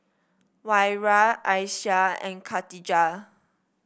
Wira Aishah and Khatijah